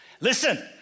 Listen